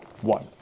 one